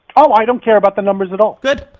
oh, i don't care about the numbers at all. good,